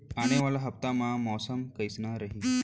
आने वाला हफ्ता मा मौसम कइसना रही?